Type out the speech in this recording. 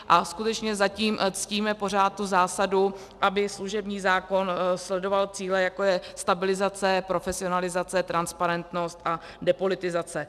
A skutečně zatím ctíme pořád tu zásadu, aby služební zákon sledoval cíle, jako je stabilizace, profesionalizace, transparentnost a depolitizace.